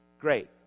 great